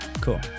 cool